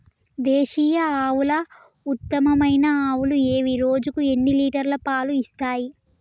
దేశీయ ఆవుల ఉత్తమమైన ఆవులు ఏవి? రోజుకు ఎన్ని లీటర్ల పాలు ఇస్తాయి?